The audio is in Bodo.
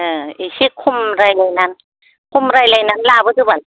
ए एसे खम रायज्लायनानै खम रायज्लायनानै लाबोदो बाल